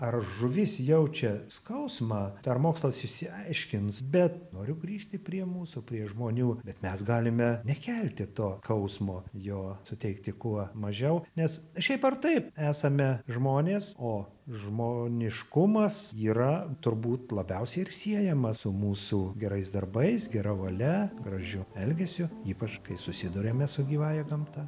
ar žuvis jaučia skausmą dar mokslas išsiaiškins bet noriu grįžti prie mūsų prie žmonių bet mes galime nekelti to kausmo jo suteikti kuo mažiau nes šiaip ar taip esame žmonės o žmoniškumas yra turbūt labiausiai ir siejamas su mūsų gerais darbais gera valia gražiu elgesiu ypač kai susiduriame su gyvąja gamta